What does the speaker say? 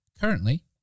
Currently